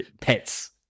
Pets